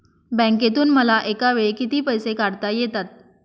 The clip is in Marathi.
बँकेतून मला एकावेळी किती पैसे काढता येतात?